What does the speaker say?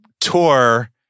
tour